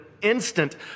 instant